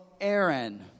Aaron